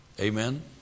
Amen